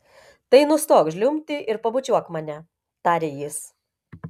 tai nustok žliumbti ir pabučiuok mane tarė jis